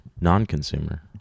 non-consumer